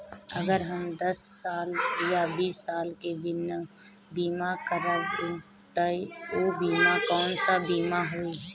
अगर हम दस साल या बिस साल के बिमा करबइम त ऊ बिमा कौन सा बिमा होई?